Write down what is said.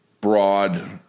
broad